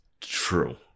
True